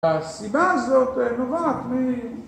הסיבה הזאת נובעת מ...